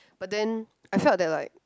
but then I felt that like